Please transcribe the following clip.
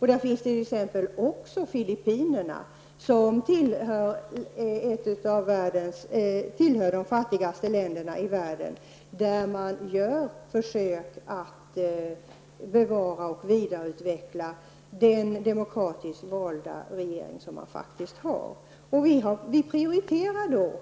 I Filippinerna t.ex., som är ett av världens fattigaste länder, försöker man bevara och vidareutveckla det samhällsskick man har med en demokratiskt vald regering.